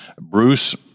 Bruce